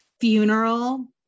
funeral